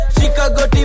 Chicago